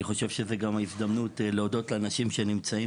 זו גם הזדמנות להודות לאנשים שנמצאים